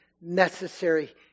necessary